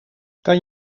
kan